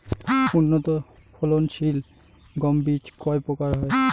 উচ্চ ফলন সিল গম বীজ কয় প্রকার হয়?